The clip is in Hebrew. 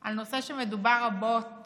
על נושא שמדובר רבות